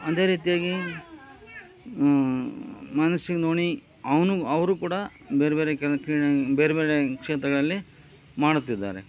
ಅದೇ ರೀತಿಯಾಗಿ ಮಹೇಂದ್ರ ಸಿಂಗ್ ದೋನಿ ಅವನೂ ಅವರೂ ಕೂಡ ಬೇರೆ ಬೇರೆ ಕ್ರೀಡೆ ಬೇರೆ ಬೇರೆ ಕ್ಷೇತ್ರಗಳಲ್ಲಿ ಮಾಡುತ್ತಿದ್ದಾರೆ